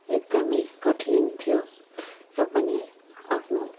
एकदम कठिन थियो र पनि आफ्नो